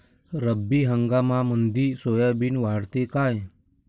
रब्बी हंगामामंदी सोयाबीन वाढते काय?